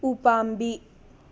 ꯎꯄꯥꯝꯕꯤ